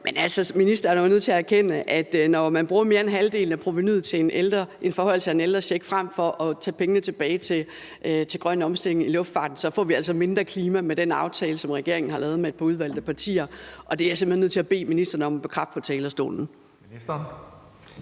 Men altså, ministeren er jo nødt til at erkende, at når man bruger mere end halvdelen af provenuet til en forhøjelse af en ældrecheck frem for at tage pengene tilbage til grøn omstilling i luftfarten, så får vi altså mindre klimahandling med den aftale, som regeringen har lavet med et par udvalgte partier. Og det er jeg simpelt hen nødt til at bede ministeren om at bekræfte på talerstolen.